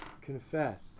Confess